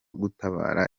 gutabara